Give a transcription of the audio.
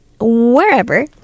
Wherever